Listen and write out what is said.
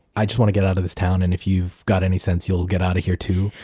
i just want to get out of this town, and if you've got any sense, you'll get out of here too.